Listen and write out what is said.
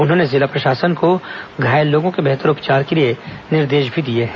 उन्होंने जिला प्रशासन को घायल लोगों के बेहतर उपचार के लिए निर्देश भी दिया है